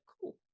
cool